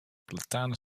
platanen